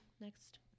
next